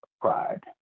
pride